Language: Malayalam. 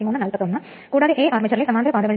അതിനാൽ ട്രാൻസ്ഫോർമർ വളരെ ലളിതമാണ്